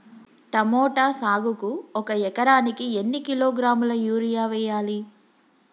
Tomato సాగుకు ఒక ఎకరానికి ఎన్ని కిలోగ్రాముల యూరియా వెయ్యాలి?